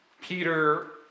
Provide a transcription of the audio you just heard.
Peter